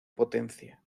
potencia